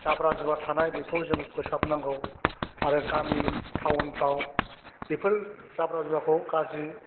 जाब्रा जुब्रा थानाय बेखौ जों फोसाबनांगौ आरो गामि टावनफ्राव बेफोर जाब्रा जुब्राखौ गारजि